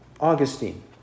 Augustine